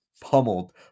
Pummeled